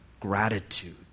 Gratitude